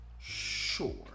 Sure